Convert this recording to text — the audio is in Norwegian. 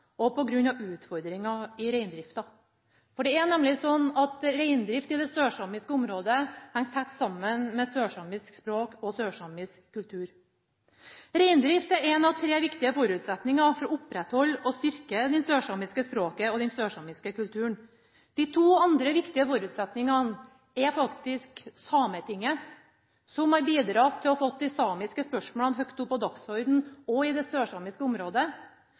grunn av utfordringer i reindrifta. For det er nemlig sånn at reindrift i det sørsamiske området henger tett sammen med sørsamisk språk og sørsamisk kultur. Reindrift er én av tre viktige forutsetninger for å opprettholde og styrke det sørsamiske språket og den sørsamiske kulturen. De to andre viktige forutsetningene er faktisk Sametinget, som har bidratt til å få de samiske spørsmålene høyt oppe på dagsordenen også i det sørsamiske området,